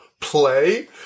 play